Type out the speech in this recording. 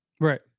Right